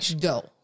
Go